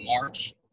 March